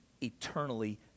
eternally